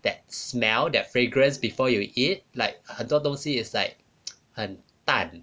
that smell that fragrance before you eat like 很多东西 is like 很淡